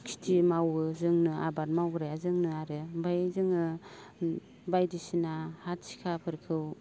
खिथि मावो जोंनो आबाद मावग्राया जोंनो आरो ओमफ्राय जोङो बायदिसिना हा थिखाफोरखौ